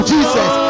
Jesus